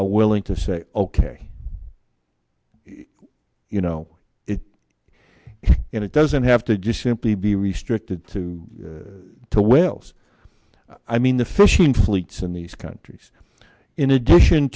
are willing to say ok you know it and it doesn't have to just simply be restricted to the wells i mean the fishing fleets in these countries in addition